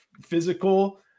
physical